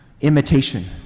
Imitation